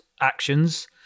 actions